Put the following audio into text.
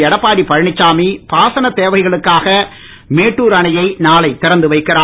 எடப்பாடி பழனிச்சாமி பாசன தேவைகளுக்காக மேட்டூர் அணையை நாளை திறந்து வைக்கிறார்